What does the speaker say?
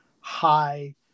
high